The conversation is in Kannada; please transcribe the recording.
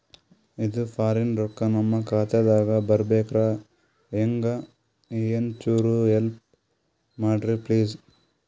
ಇದು ಫಾರಿನ ರೊಕ್ಕ ನಮ್ಮ ಖಾತಾ ದಾಗ ಬರಬೆಕ್ರ, ಹೆಂಗ ಏನು ಚುರು ಹೆಲ್ಪ ಮಾಡ್ರಿ ಪ್ಲಿಸ?